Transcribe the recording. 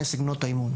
האימון.